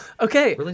Okay